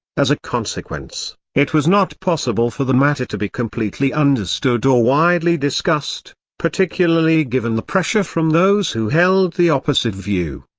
as a consequence, it was not possible for the matter to be completely understood or widely discussed, particularly given the pressure from those who held the opposite view.